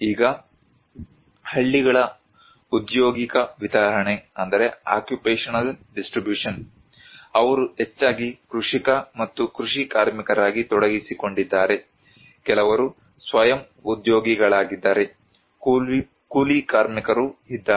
ಈಗ ಹಳ್ಳಿಗಳ ಉದ್ಯೋಗಿಕ ವಿತರಣೆ ಅವರು ಹೆಚ್ಚಾಗಿ ಕೃಷಿಕ ಮತ್ತು ಕೃಷಿ ಕಾರ್ಮಿಕರಾಗಿ ತೊಡಗಿಸಿಕೊಂಡಿದ್ದಾರೆ ಕೆಲವರು ಸ್ವಯಂ ಉದ್ಯೋಗಿಗಳಾಗಿದ್ದಾರೆ ಕೂಲಿ ಕಾರ್ಮಿಕರೂ ಇದ್ದಾರೆ